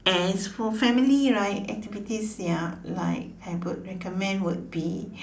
as for family right activities they are like I would recommend would be